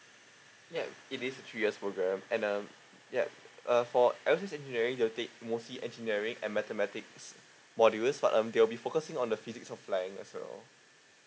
yup it is three years programme and um yup uh for engineering they will take mostly engineering and mathematics modules but um they will be focusing on the physics of length as well